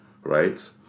right